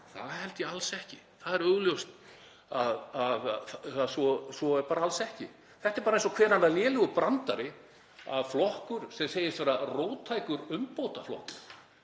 Það held ég alls ekki. Það er augljóst að svo er bara alls ekki. Þetta er bara eins og hver annar lélegur brandari að flokkur sem segist vera róttækur umbótaflokkur